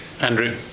Andrew